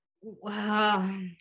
wow